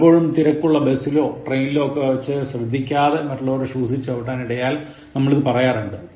പലപ്പോഴും തിരക്കുള്ള ബസിലോ ട്രെയിനിലോ വച്ച് ശ്രദ്ധിക്കാതെ മറ്റുള്ളവരുടെ ഷൂസിൽ ചവിട്ടാൻ ഇടയായാൽ നമ്മൾ ഇതു പറയാറുണ്ട്